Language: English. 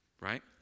right